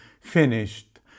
finished